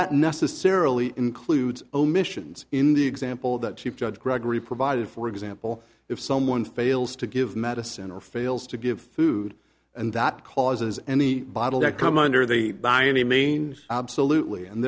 that necessarily includes omissions in the example that chief judge gregory provided for example if someone fails to give medicine or fails to give food and that causes any bottle that come under they by any means absolutely and